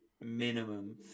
minimum